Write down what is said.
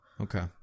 Okay